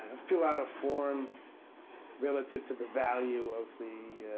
fill out a form relative to the value of the